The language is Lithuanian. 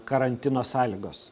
karantino sąlygos